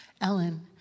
Ellen